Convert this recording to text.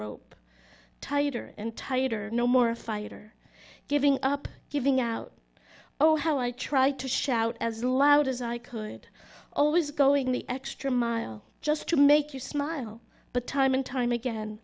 rope tighter and tighter no more fire giving up giving out oh how i tried to shout as loud as i could always going the extra mile just to make you smile but time and time again